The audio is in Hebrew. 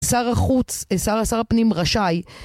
שר החוץ, אה, שר, שר הפנים רשאי